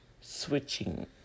switching